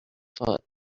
foot